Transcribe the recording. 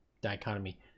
dichotomy